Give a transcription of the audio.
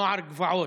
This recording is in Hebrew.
נוער גבעות,